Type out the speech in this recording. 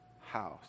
house